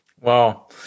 wow